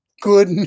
good